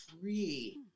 free